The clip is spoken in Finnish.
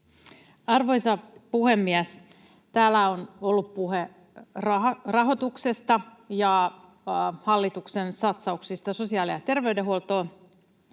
Arvoisa puhemies! Täällä on ollut puhe rahoituksesta ja hallituksen satsauksista sosiaali- ja terveydenhuoltoon.